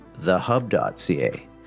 thehub.ca